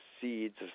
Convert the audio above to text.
seeds